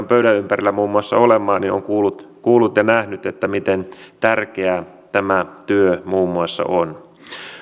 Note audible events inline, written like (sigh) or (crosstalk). (unintelligible) pöydän ympärillä muun muassa olemaan niin on kuullut ja nähnyt miten tärkeää tämä työ muun muassa on